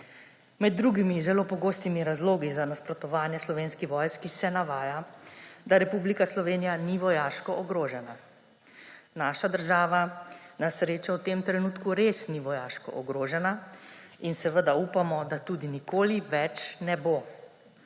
Med drugimi zelo pogostimi razlogi za nasprotovanje Slovenski vojski se navaja, da Republika Slovenija ni vojaško ogrožena. Naša država na srečo v tem trenutku res ni vojaško ogrožena in seveda upamo, da tudi nikoli več ne bo.